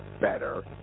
better